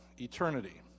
eternity